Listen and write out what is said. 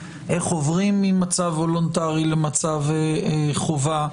איך עוברים ממצב וולונטרי למצב חובה,